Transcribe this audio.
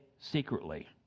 secretly